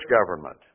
government